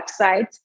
website